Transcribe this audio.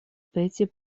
peti